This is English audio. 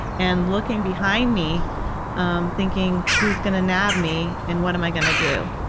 and looking behind me um thinking who's gonna nab me and what am i gonna do?